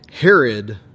Herod